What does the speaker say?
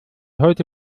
heute